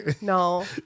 No